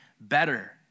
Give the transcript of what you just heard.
better